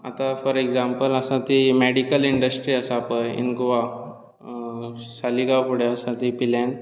आतां for example आसा ती मॅडिकल इंडस्ट्री आसा पय इन गोवा सालिगांव फुडें आसा ती पिळेर्ण